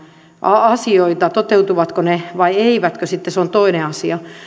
asioita toteutuvatko ne vai eivätkö se on sitten toinen asia